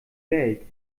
welt